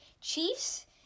Chiefs